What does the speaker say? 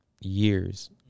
years